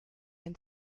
and